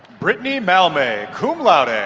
britni malmay, cum laude. ah